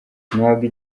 ntabwo